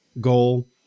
goal